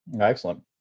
Excellent